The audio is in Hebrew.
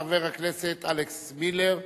חבר הכנסת אלכס מילר,